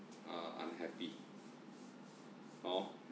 uh unhappy hor